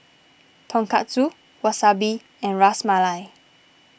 Tonkatsu Wasabi and Ras Malai